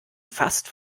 fast